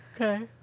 Okay